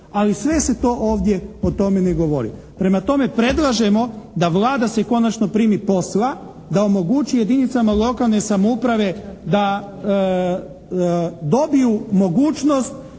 ali sve se to ovdje o tome ne govori. Prema tome, predlažemo da Vlada se konačno primi posla, da omogući jedinicama lokalne samouprave da dobiju mogućnost